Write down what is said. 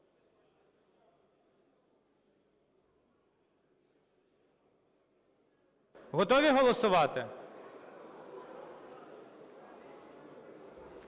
Готові голосувати?